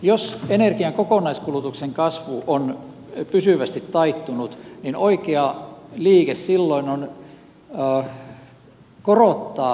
jos energian kokonaiskulutuksen kasvu on pysyvästi taittunut niin oikea liike silloin on korottaa tavoitteita